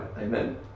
Amen